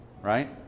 right